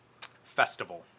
festival